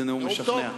זה נאום משכנע.